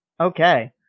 Okay